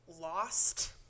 Lost